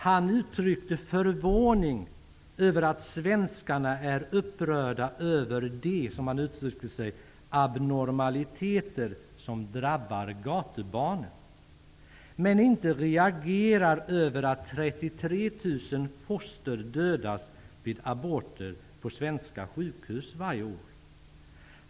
Han uttryckte förvåning över att svenskarna är upprörda över de ''abnormaliteter'' som drabbar gatubarnen, men inte reagerar över att 33 000 foster dödas vid aborter på svenska sjukhus varje år.